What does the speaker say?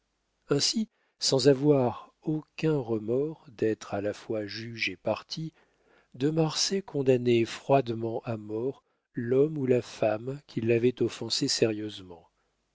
ainsi sans avoir aucun remords d'être à la fois juge et partie de marsay condamnait froidement à mort l'homme ou la femme qui l'avait offensé sérieusement